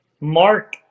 Mark